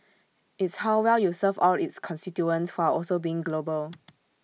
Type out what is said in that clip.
it's how well you serve all its constituents while also being global